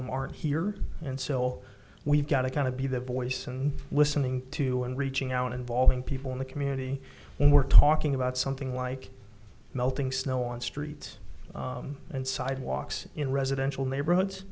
them aren't here and so we've got to kind of be the voice and listening to and reaching out involving people in the community when we're talking about something like melting snow on streets and sidewalks in residential neighborhoods